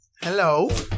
Hello